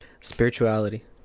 Spirituality